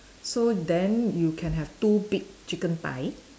so then you can have two big chicken thigh